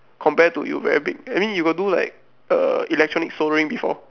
compare to you very big I mean you got do like uh electronic soldering before